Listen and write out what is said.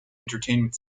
entertainment